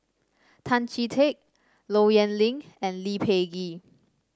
Tan Chee Teck Low Yen Ling and Lee Peh Gee